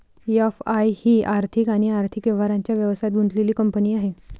FI ही आर्थिक आणि आर्थिक व्यवहारांच्या व्यवसायात गुंतलेली कंपनी आहे